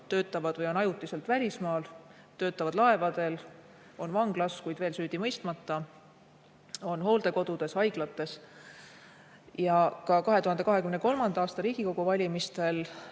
töötavad või on ajutiselt välismaal, töötavad laeval, on vanglas, kuid veel süüdi mõistmata, on hooldekodus, haiglas. Ka 2023. aasta Riigikogu valimistega